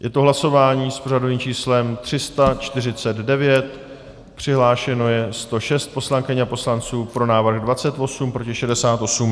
Je to hlasování s pořadovým číslem 349, přihlášeno je 106 poslankyň a poslanců, pro návrh 28, proti 68.